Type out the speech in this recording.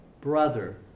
brother